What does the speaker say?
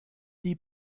die